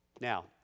Now